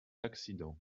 accidents